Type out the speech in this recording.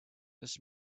this